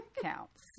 counts